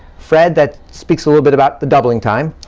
fred, that speaks a little bit about the doubling time.